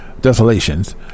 desolations